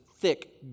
thick